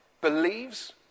believes